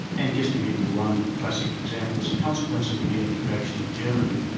and just to give you one classic example, as a consequence of the unification of germany,